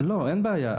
אין בעיה,